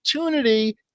opportunity